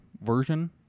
version